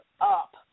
up